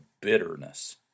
bitterness